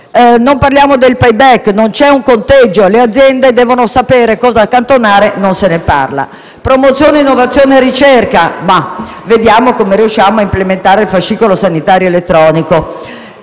Non parliamo del *payback*: non c'è un conteggio e le aziende devono sapere cosa accantonare ma non se ne parla. Riguardo a promozione, innovazione e ricerca vedremo come riusciremo a implementare il fascicolo sanitario elettronico.